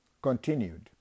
Continued